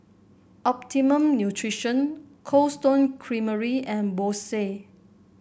Optimum Nutrition Cold Stone Creamery and Bose